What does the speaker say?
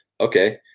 okay